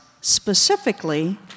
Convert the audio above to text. specifically